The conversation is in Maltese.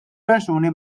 persuni